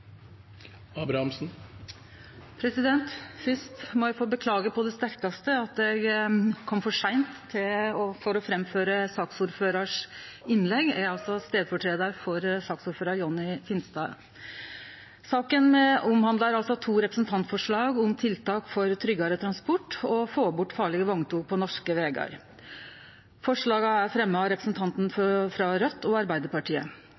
omme. Fyrst må eg få beklage på det sterkaste at eg kom for seint til å framføre saksordføraren sitt innlegg – eg møter altså for saksordførar Jonny Finstad. Sakene omhandlar to representantforslag om tiltak for tryggare transport og å få bort farlege vogntog på norske vegar. Forslaga er høvesvis fremja av representanten frå Raudt og av Arbeidarpartiet.